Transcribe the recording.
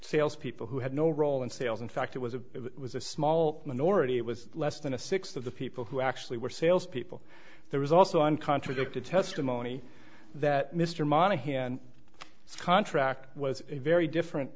salespeople who had no role in sales in fact it was a it was a small minority it was less than a sixth of the people who actually were salespeople there was also on contradicted testimony that mr monaghan contract was a very different